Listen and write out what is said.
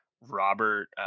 robert